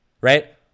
right